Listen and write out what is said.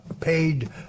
paid